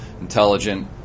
intelligent